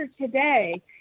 today